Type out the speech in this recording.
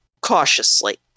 cautiously